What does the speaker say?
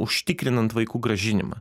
užtikrinant vaikų grąžinimą